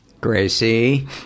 Gracie